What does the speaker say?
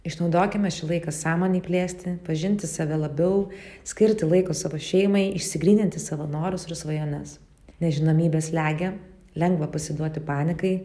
išnaudokime šį laiką sąmonei plėsti pažinti save labiau skirti laiko savo šeimai išsigryninti savo norus ir svajones nežinomybė slegia lengva pasiduoti panikai